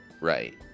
Right